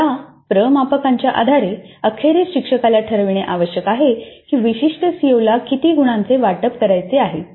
या प्रमापकांच्या आधारे अखेरीस शिक्षकाला ठरविणे आवश्यक आहे की विशिष्ट सीओला किती गुणांचे वाटप करायचे आहे